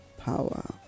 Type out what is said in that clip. power